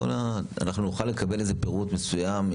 אנחנו נוכל לקבל איזשהו פירוט מסוים,